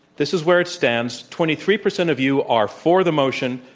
this is where it stands, twenty three percent of you are for the motion,